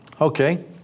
Okay